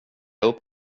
upp